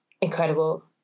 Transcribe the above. incredible